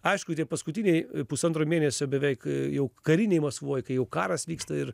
aišku tie paskutiniai pusantro mėnesio beveik jau karinėj maskvoj kai jau karas vyksta ir